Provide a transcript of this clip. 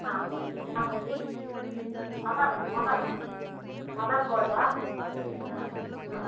ಹಾಂ ಅಮ ಅವಗ ಅವಗ ಮಲಗ್ಬೋದಾ ಹಾಂ ಹಾಂ